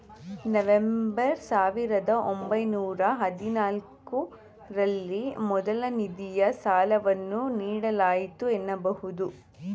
November ಸಾವಿರದ ಒಂಬೈನೂರ ಹದಿನಾಲ್ಕು ರಲ್ಲಿ ಮೊದಲ ನಿಧಿಯ ಸಾಲವನ್ನು ನೀಡಲಾಯಿತು ಎನ್ನಬಹುದು